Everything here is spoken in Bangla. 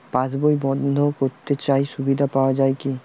পাশ বই বন্দ করতে চাই সুবিধা পাওয়া যায় কি?